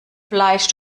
fleisch